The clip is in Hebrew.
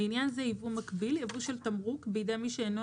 לעניין זה "יבוא מקביל" יבוא של תמרוק בידי מי שאינו